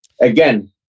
again